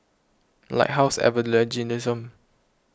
Lighthouse Evangelism